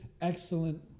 excellent